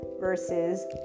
versus